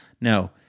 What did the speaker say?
No